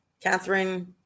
Catherine